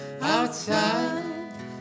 Outside